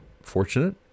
fortunate